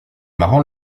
marrant